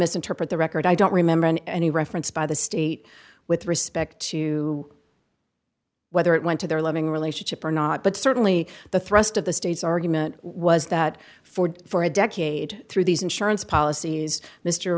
misinterpret the record i don't remember any reference by the state with respect to whether it went to their loving relationship or not but certainly the thrust of the state's argument was that for for a decade through these insurance policies mr